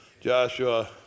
Joshua